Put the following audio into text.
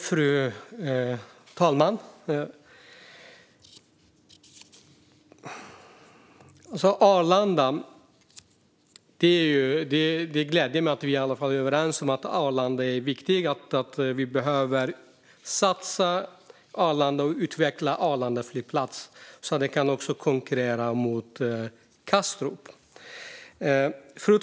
Fru talman! Det gläder mig att vi i alla fall är överens om att Arlanda flygplats är viktig och att vi behöver satsa på och utveckla den så att den kan konkurrera med Kastrup.